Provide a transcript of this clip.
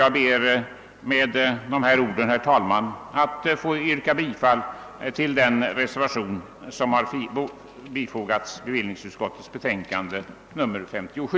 Jag ber med dessa ord, herr talman, att få yrka bifall till den reservation som har fogats till bevillningsutskottets betänkande nr 57.